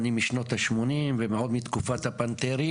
אני משנות ה-80 ועוד מתקופת הפנתרים,